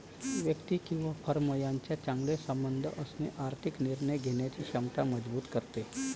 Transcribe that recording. व्यक्ती किंवा फर्म यांच्यात चांगले संबंध असणे आर्थिक निर्णय घेण्याची क्षमता मजबूत करते